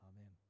Amen